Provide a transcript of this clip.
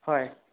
হয়